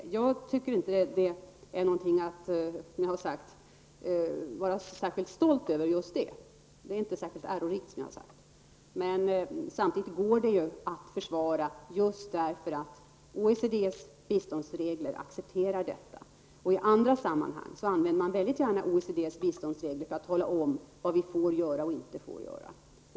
Som jag har sagt tycker jag inte att just det är någonting att vara särskilt stolt över -- det är, som jag har sagt, inte särskilt ärorikt. Men samtidigt går det ju att försvara just därför att detta accepteras i OECDs biståndsregler. I andra sammanhang använder man väldigt gärna OECDs biståndsregler för att tala om vad vi får och inte får göra.